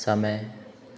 समय